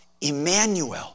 Emmanuel